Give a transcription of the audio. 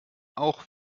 auch